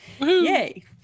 yay